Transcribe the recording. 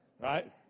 right